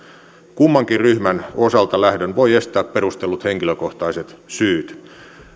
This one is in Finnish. kummankin ryhmän osalta lähdön voivat estää perustellut henkilökohtaiset syyt